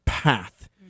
path